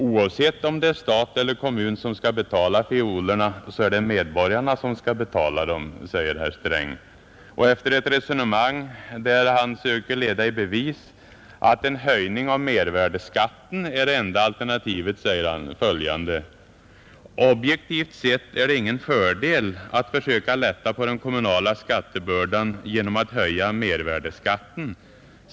Oavsett om det är stat eller kommun som skall betala fiolerna så är det medborgarna som skall betala dem.” Efter ett resonemang, där finansministern söker leda i bevis att en höjning av mervärdeskatten är enda alternativet, säger han följande: ”Objektivt sett är det ingen fördel att försöka lätta på den kommunala skattebördan genom att höja mervärdeskatten.